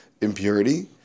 impurity